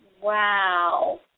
Wow